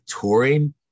touring